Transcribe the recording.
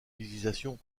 utilisation